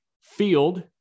Field